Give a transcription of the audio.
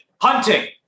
hunting